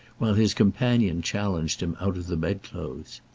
while his companion challenged him out of the bedclothes.